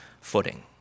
footing